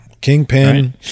Kingpin